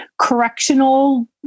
correctional